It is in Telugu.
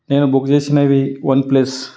నేను బుక్ చేసినవి వన్ప్లస్